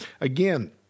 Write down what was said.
again